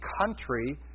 country